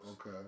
Okay